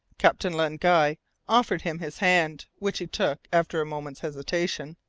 captain len guy offered him his hand, which he took after a moment's hesitation.